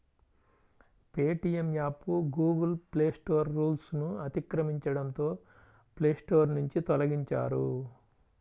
Paytm app Google play store రూల్స్ను అతిక్రమించడంతో play store నుంచి తొలగించారు